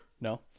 No